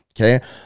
Okay